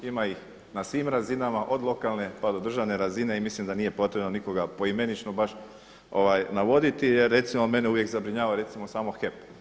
Ima ih na svim razinama od lokalne, pa do državne razine i mislim da nije potrebno nikoga poimenično baš navoditi jer recimo mene uvijek zabrinjava samo HEP.